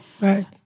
right